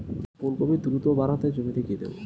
ফুলকপি দ্রুত বাড়াতে জমিতে কি দেবো?